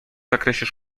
zakresie